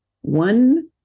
one